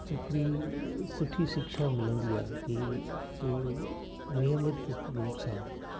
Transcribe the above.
हिकड़ी सुठी शिक्षा मिलंदी आहे की उहे नियमित रूप सां